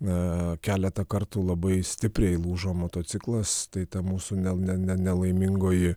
na keletą kartų labai stipriai lūžo motociklas tai ta mūsų ne ne nelaimingoji